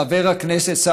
לחבר הכנסת,